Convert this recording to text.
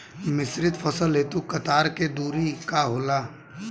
मिश्रित फसल हेतु कतार के दूरी का होला?